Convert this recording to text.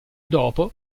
dopo